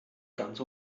ganz